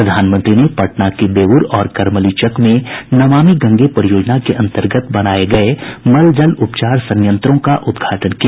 प्रधानमंत्री ने पटना के बेउर और करमलीचक में नमामि गंगे परियोजना के अंतर्गत बनाये गये मलजल उपचार संयंत्रों का उद्घाटन किया